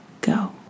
go